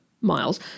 Miles